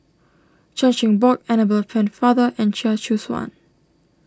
Chan Chin Bock Annabel Pennefather and Chia Choo Suan